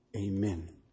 Amen